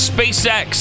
SpaceX